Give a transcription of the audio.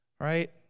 Right